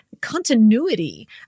continuity